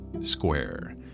Square